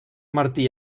martí